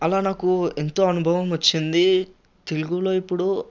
అలా నాకు ఎంతో అనుభవం వచ్చింది తెలుగులో ఇప్పుడు